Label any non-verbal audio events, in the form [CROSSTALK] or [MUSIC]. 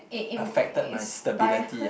eh [NOISE] inspired